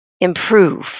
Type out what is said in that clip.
improve